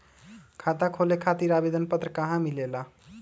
खाता खोले खातीर आवेदन पत्र कहा मिलेला?